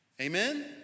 Amen